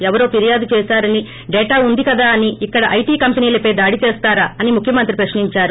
ఎవరో ఫిర్యాదు చేశారని డేటా ఉంది కదా అని ఇక్కడి ఐటి కంపెనీలపై దాడి చేస్తారా అని ముఖ్యమంత్రి ప్రశ్నించారు